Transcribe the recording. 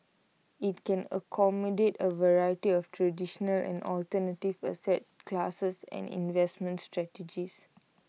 IT can accommodate A variety of traditional and alternative asset classes and investment strategies